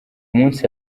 munsi